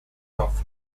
off